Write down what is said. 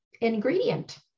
ingredient